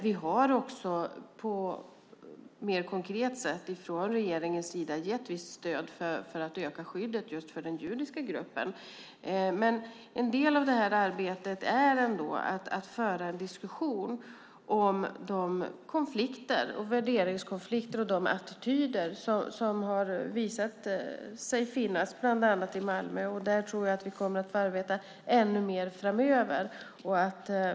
Vi har också på ett mer konkret sätt från regeringens sida gett visst stöd för att öka skyddet just för den judiska gruppen. Men en del av detta arbete är ändå att föra en diskussion om de värderingskonflikter och de attityder som har visat sig finnas bland annat i Malmö. Där tror jag att vi kommer att få arbeta ännu mer framöver.